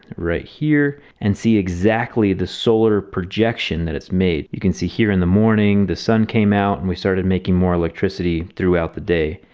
right here, and see exactly the solar projection that it's made. you can see here in the morning the sun came out and we started making more electricity throughout the day.